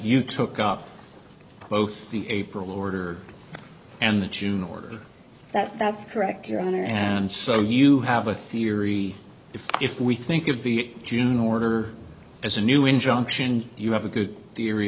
you took up both the april order and the june order that's correct your honor and so you have a theory if if we think of the june order as a new injunction you have a good theory